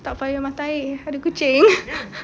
tak payah mata air ada kucing